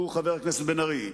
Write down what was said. הוא,